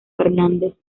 fernández